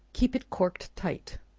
keep it corked tight.